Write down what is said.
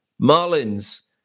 Marlins